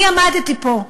אני עמדתי פה,